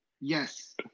Yes